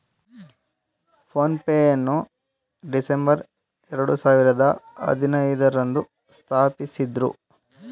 phone pay ಯನ್ನು December ಎರಡು ಸಾವಿರದ ಹದಿನೈದು ರಂದು ಸ್ಥಾಪಿಸಿದ್ದ್ರು